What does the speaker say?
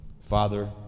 Father